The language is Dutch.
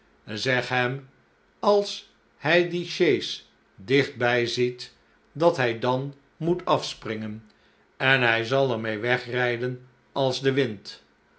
zeg hem als hij die sjees dichtbij ziet dat hij dan moet afspringen en hij zal er mee wegrijden als de wind